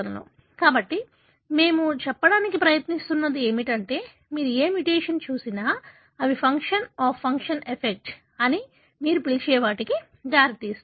కాబట్టి మేము చెప్పడానికి ప్రయత్నిస్తున్నది ఏమిటంటే మీరు ఏ మ్యుటేషన్ చూసినా అవి ఫంక్షన్ ఆఫ్ ఫంక్షన్ ఎఫెక్ట్ అని మీరు పిలిచే వాటికి దారితీస్తాయి